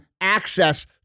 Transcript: access